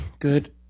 good